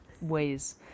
ways